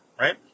right